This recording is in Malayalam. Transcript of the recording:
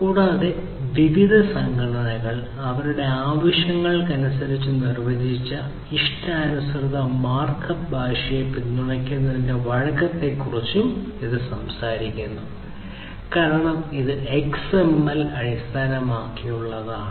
കൂടാതെ വിവിധ സംഘടനകൾ അവരുടെ ആവശ്യങ്ങൾക്കനുസരിച്ച് നിർവചിച്ച ഇഷ്ടാനുസൃത മാർക്ക്അപ്പ് ഭാഷയെ പിന്തുണയ്ക്കുന്നതിന്റെ വഴക്കത്തെക്കുറിച്ചും ഇത് സംസാരിക്കുന്നു കാരണം ഇത് XML അടിസ്ഥാനമാക്കിയുള്ളതാണ്